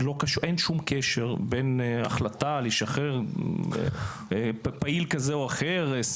אין שום קשר בין החלטה לשחרר פעיל כזה או אחר,